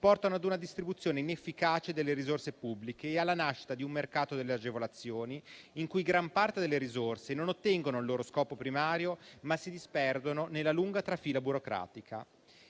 portano a una distribuzione inefficace delle risorse pubbliche e alla nascita di un mercato delle agevolazioni in cui gran parte delle risorse non ottengono il loro scopo primario, ma si disperdono nella lunga trafila burocratica.